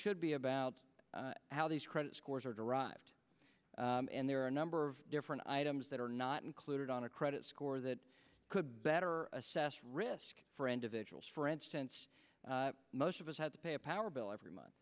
should be about how these credit scores are derived and there are a number of different items that are not included on a credit score that could better assess risk for individuals for instance most of us had to pay a power bill every month